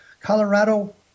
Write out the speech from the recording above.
Colorado